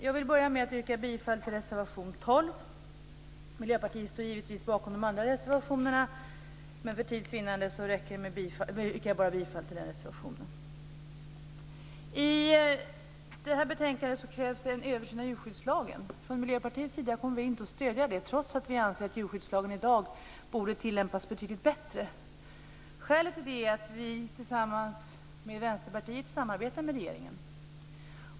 Jag vill börja med att yrka bifall till reservation 12. Miljöpartiet står givetvis bakom de andra reservationerna, men för tids vinnande yrkar jag bifall bara till den reservationen. I detta betänkande behandlas motioner där det krävs en översyn av djurskyddslagen. Från Miljöpartiets sida kommer vi inte att stödja det kravet, trots att vi anser att djurskyddslagen i dag borde tillämpas betydligt bättre. Skälet till det är att vi tillsammans med Vänsterpartiet samarbetar med regeringen.